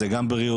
זה גם בריאות,